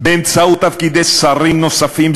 באמצעות תפקידי שרים נוספים,